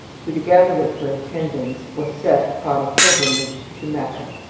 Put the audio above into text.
who, together with her attendants, was set upon a pilgrimage to mecca.